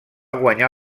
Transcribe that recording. guanyar